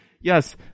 Yes